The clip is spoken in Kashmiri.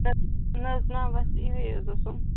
نہ نہ حظ نہ بَس یِہوٚے حظ اوسُم